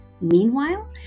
Meanwhile